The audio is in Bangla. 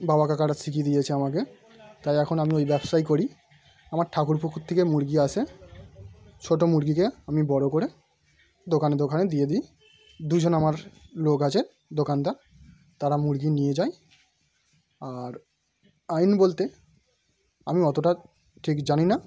বাবা কাকারা শিখিয়ে দিয়েছে আমাকে তাই এখন আমি ওই ব্যবসাই করি আমার ঠাকুরপুকুর থেকে মুরগি আসে ছোটো মুরগিকে আমি বড় করে দোকানে দোকানে দিয়ে দিই দুজন আমার লোক আছে দোকানদার তারা মুরগি নিয়ে যায় আর আইন বলতে আমি অতটা ঠিক জানি না